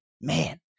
man